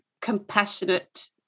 compassionate